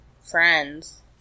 friends